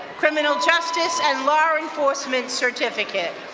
criminal justice and law enforcement certificate.